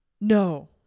No